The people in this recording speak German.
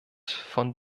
von